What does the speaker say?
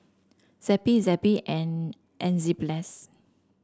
Zappy Zappy and Enzyplex